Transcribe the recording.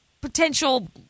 potential